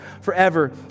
forever